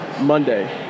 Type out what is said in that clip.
Monday